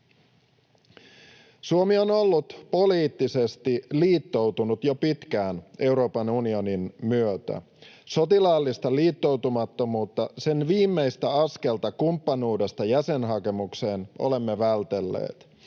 Suomi on ollut poliittisesti liittoutunut jo pitkään Euroopan unionin myötä. Sotilaallista liittoutumista, sen viimeistä askelta kumppanuudesta jäsenhakemukseen, olemme vältelleet.